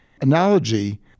analogy